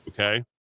okay